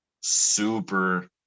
super